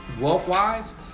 wealth-wise